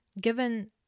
given